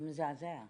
זה מזעזע פשוט.